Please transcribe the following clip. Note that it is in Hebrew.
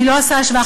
אני לא עושה השוואה,